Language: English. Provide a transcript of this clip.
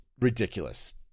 ridiculous